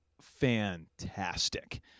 fantastic